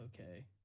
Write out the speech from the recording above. okay